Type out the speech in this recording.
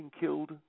killed